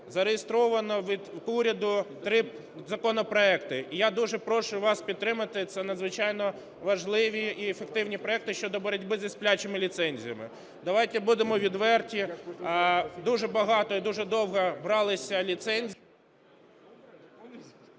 зареєстровано від уряду три законопроекти, і я дуже прошу вас підтримати, це надзвичайно важливі і ефективні проекти щодо боротьби зі "сплячими" ліцензіями. Давайте будемо відверті, дуже багато і дуже довго бралися ліцензії...